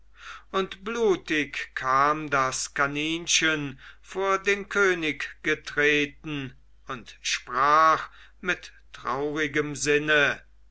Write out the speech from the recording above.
und blutig kam das kaninchen vor den könig getreten und sprach mit traurigem sinne